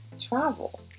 travel